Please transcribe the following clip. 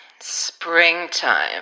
springtime